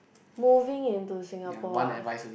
moving in to Singapore ah